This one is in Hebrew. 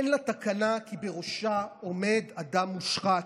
אין לה תקנה כי בראשה עומד אדם מושחת,